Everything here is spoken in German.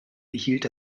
behielt